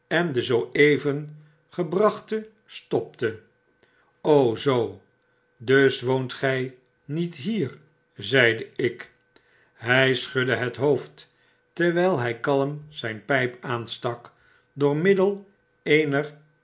de zoo even gebrachte stopte zoo dus woont gi niet hier zeide ik hy schudde het hoofd terwyl hy klm zyn pijp aanstak door middel eener